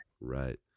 right